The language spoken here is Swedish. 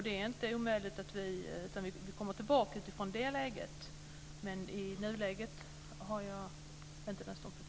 Det är inte omöjligt att vi kommer tillbaka utifrån det läget, men i nuläget har jag inte den ståndpunkten.